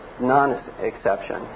non-exception